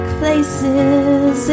places